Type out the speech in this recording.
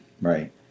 right